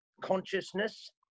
consciousness